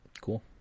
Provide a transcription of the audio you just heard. Cool